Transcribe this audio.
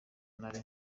nari